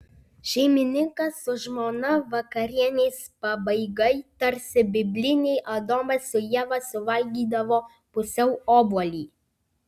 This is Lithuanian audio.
šeimininkas su žmona vakarienės pabaigai tarsi bibliniai adomas su ieva suvalgydavo pusiau obuolį